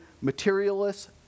materialists